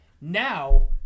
now